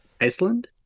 iceland